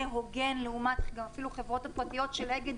הוגן לעומת אפילו החברות הפרטיות של אגד,